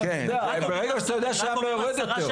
אם אתה יודע שהמפלס לא יורד יותר.